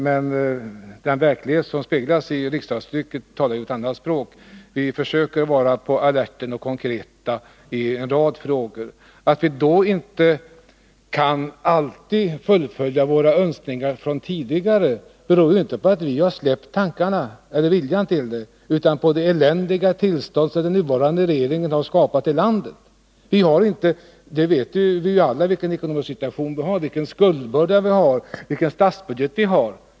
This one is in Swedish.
Men den verklighet som speglas i riksdagstrycket talar ett annat språk. Vi försöker vara på alerten och vara konkreta i en rad frågor. Att vi inte alltid kan fullfölja våra önskningar från tidigare beror inte på att vi släppt tankarna på detta eller förlorat viljan att göra något utan på det eländiga tillstånd som den nuvarande regeringen har skapat i landet. Vi vet alla vilken ekonomisk situation vi har — vilken skuldbörda vi har, vilken statsbudget vi har.